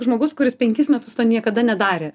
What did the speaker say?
žmogus kuris penkis to niekada nedarė